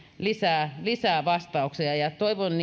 lisää lisää vastauksia toivon